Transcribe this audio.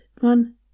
one